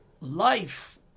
life